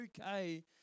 okay